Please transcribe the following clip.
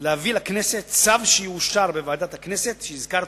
להביא לכנסת צו שיאושר בוועדת הכנסת, שהזכרתי,